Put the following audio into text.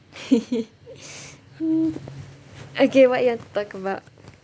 hmm okay what you want to talk about